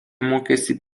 mokėsi